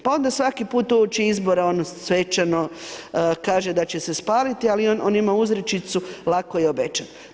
Pa onda svaki put uoči izbora on svečano kaže da će se spaliti ali on ima uzrečicu „lako je obećat“